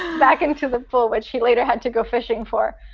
back into the pool, which he later had to go fishing for.